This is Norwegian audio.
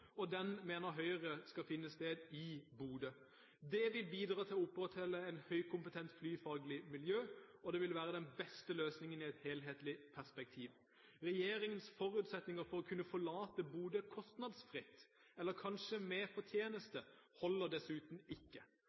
at den skal ligge i Bodø. Det vil bidra til å opprettholde et høykompetent flyfaglig miljø, og det vil være den beste løsningen i et helhetlig perspektiv. Regjeringens forutsetninger for å kunne forlate Bodø kostnadsfritt – eller kanskje med fortjeneste – holder dessuten ikke.